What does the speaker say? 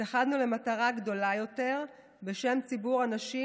התאחדנו למטרה גדולה יותר בשם ציבור הנשים